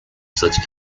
such